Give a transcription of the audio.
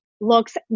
looks